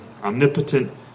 omnipotent